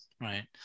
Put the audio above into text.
Right